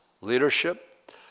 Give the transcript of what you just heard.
leadership